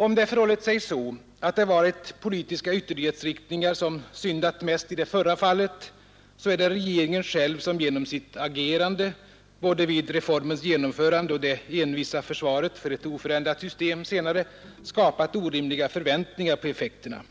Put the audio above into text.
Om det förhållit sig så att det varit personer knutna till politiska ytterlighetsriktningar som syndat mest i det förra avseendet, så är det regeringen själv som genom sitt agerande — både vid reformens genomförande och senare i det envisa försvaret för ett oförändrat system — skapat orimliga förväntningar på effekterna.